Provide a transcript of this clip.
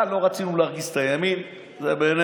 3,000, אבל לא רצינו להרגיז את הימין, זה בינינו.